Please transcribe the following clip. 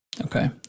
Okay